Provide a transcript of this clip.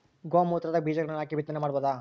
ಗೋ ಮೂತ್ರದಾಗ ಬೀಜಗಳನ್ನು ಹಾಕಿ ಬಿತ್ತನೆ ಮಾಡಬೋದ?